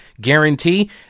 guarantee